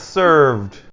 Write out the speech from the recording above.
served